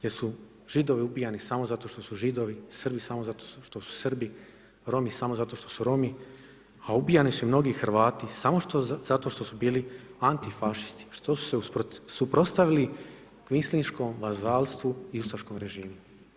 Jer su Židovi ubijani samo zato što su Židovi, Srbi samo zato što su Srbi, Romi samo zato što u Romi, a ubijani su i mnogi Hrvati samo zato što su bili antifašisti, što su se usprotivili kvinsliškom vazalstvu i ustaškom režimu.